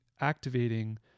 activating